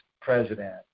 president